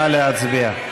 נא להצביע.